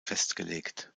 festgelegt